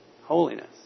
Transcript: Holiness